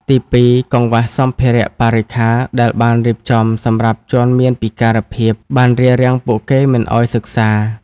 ទីពីរ កង្វះសម្ភារៈបរិក្ខារដែលបានរៀបចំសម្រាប់ជនមានពិការភាពបានរារាំងពួកគេមិនឱ្យសិក្សា។